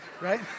right